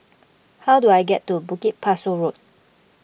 how do I get to Bukit Pasoh Road